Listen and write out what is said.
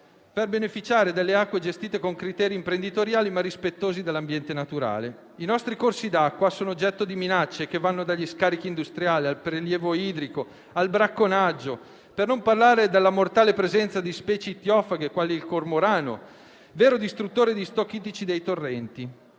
per beneficiare delle acque gestite con criteri imprenditoriali ma rispettosi dell'ambiente naturale. I nostri corsi d'acqua sono oggetto di minacce che vanno dagli scarichi industriali al prelievo idrico al bracconaggio, per non parlare della mortale presenza di specie ittiofaghe quali il cormorano, vero distruttore di *stock* ittici dei torrenti.